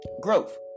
growth